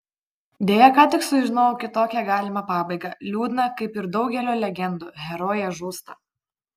deja ką tik sužinojau kitokią galimą pabaigą liūdną kaip ir daugelio legendų herojė žūsta